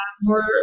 more